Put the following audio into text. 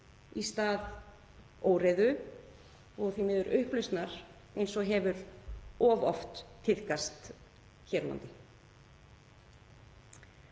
í stað óreiðu og því miður upplausnar eins og hefur of oft tíðkast hér á landi.